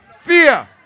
Fear